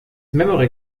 memory